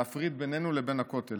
להפריד ביננו לבין הכותל.